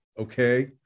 Okay